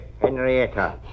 Henrietta